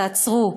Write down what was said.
תעצרו,